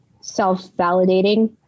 self-validating